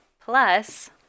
Plus